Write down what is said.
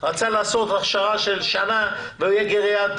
רצה לעשות הכשרה של שנה בגריאטריה.